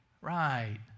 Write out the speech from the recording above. Right